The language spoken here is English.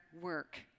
work